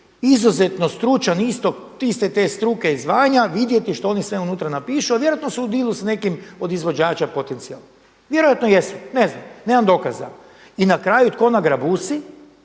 izuzetno stručan iste te struke i zvanja vidjeti što oni sve unutra napišu, a vjerojatno su u dilu s nekim od izvođača potencijalnih, vjerojatno jesu ne znam, nemam dokaza. I na kraju tko nagrebusi?